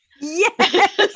yes